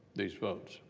these votes.